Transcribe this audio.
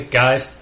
guys